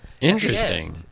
Interesting